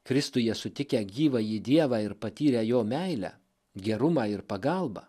kristuje sutikę gyvąjį dievą ir patyrę jo meilę gerumą ir pagalbą